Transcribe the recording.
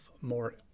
more